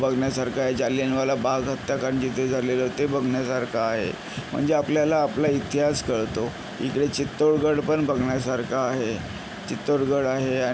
बघण्यासारखं आहे जालियनवाला बाग हत्याकांड जिथे झालेलं ते बघण्यासारखं आहे म्हणजे आपल्याला आपला इतिहास कळतो इकडे चित्तोडगड पण बघण्यासारखं आहे चित्तोडगड आहे आणि